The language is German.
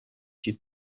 die